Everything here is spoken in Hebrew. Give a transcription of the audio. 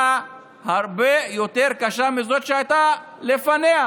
הרבה יותר קשה מזאת שהייתה לפניה,